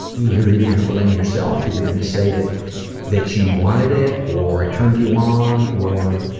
you're either going to blame yourself or your going to say that that you wanted it or it turns you on or,